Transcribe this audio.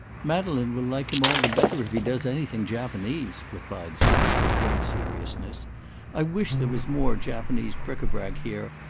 madeleine will like him all the better if he does anything japanese, replied sybil, with great seriousness i wish there was more japanese bric-a-brac here,